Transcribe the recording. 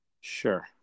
Sure